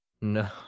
No